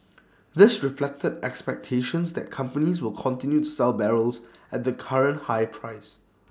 this reflected expectations that companies will continue to sell barrels at the current higher price